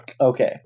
okay